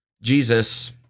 Jesus